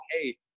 hey